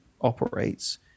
operates